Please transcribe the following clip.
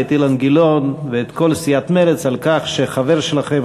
את אילן גילאון ואת כל סיעת מרצ על כך שחבר שלכם,